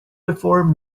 before